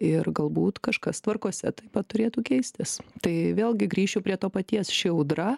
ir galbūt kažkas tvarkos taip pat turėtų keistis tai vėlgi grįšiu prie to paties ši audra